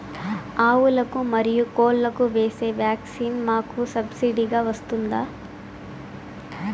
ఆవులకు, మరియు కోళ్లకు వేసే వ్యాక్సిన్ మాకు సబ్సిడి గా వస్తుందా?